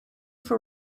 for